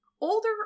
Older